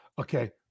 Okay